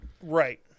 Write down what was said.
Right